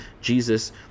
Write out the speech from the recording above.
Jesus